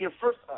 first